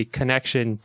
connection